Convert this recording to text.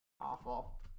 Awful